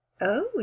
Oh